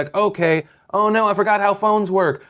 like okay oh, no, i forgot how phones work.